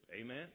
Amen